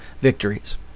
victories